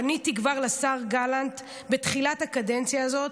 פניתי כבר לשר גלנט בתחילת הקדנציה הזאת,